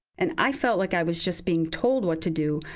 and i felt like i was just being told what to do.